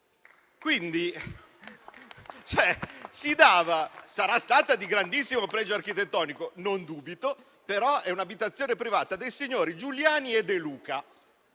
Sarà stata di grandissimo pregio architettonico, non ne dubito, però è un'abitazione privata dei signori Giuliani e De Luca,